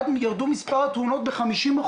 מספר התאונות ירד ב-50%.